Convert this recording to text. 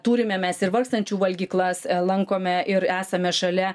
turime mes ir vargstančių valgyklas lankome ir esame šalia